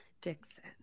Dixon